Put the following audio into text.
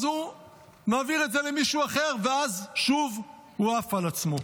אז הוא מעביר את זה למישהו אחר ואז שוב הוא עף על עצמו.